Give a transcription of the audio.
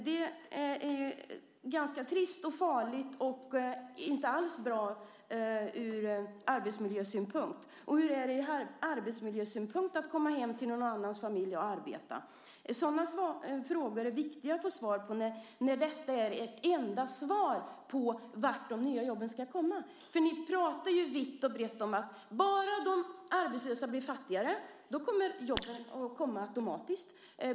Det är ganska trist, farligt och inte alls bra ur arbetsmiljösynpunkt. Hur är det ur arbetsmiljösynpunkt att komma hem till någon annans familj och arbeta? Sådana frågor är viktiga att få svar på när detta är ert enda svar på var de nya jobben ska komma. Ni pratar ju vitt och brett om att bara de arbetslösa blir fattigare så kommer jobben att komma automatiskt.